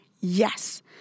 Yes